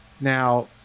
now